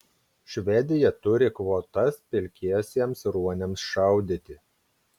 švedija turi kvotas pilkiesiems ruoniams šaudyti